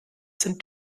sind